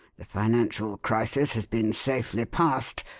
the financial crisis has been safely passed,